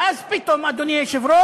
ואז פתאום, אדוני היושב-ראש,